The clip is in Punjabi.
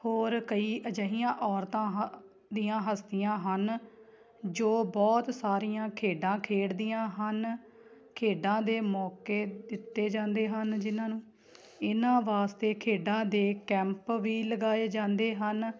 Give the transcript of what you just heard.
ਹੋਰ ਕਈ ਅਜਿਹੀਆਂ ਔਰਤਾਂ ਹ ਦੀਆਂ ਹਸਤੀਆਂ ਹਨ ਜੋ ਬਹੁਤ ਸਾਰੀਆਂ ਖੇਡਾਂ ਖੇਡਦੀਆਂ ਹਨ ਖੇਡਾਂ ਦੇ ਮੌਕੇ ਦਿੱਤੇ ਜਾਂਦੇ ਹਨ ਜਿਨ੍ਹਾਂ ਨੂੰ ਇਹਨਾਂ ਵਾਸਤੇ ਖੇਡਾਂ ਦੇ ਕੈਂਪ ਵੀ ਲਗਾਏ ਜਾਂਦੇ ਹਨ